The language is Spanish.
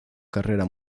carrera